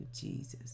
Jesus